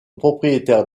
propriétaire